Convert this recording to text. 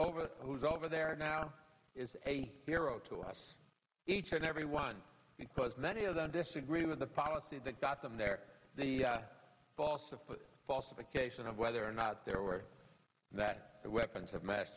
over who is over there now is a hero to us each and every one because many of them disagree with the policy that got them there the boss of bosses the case of whether or not there were that weapons of mass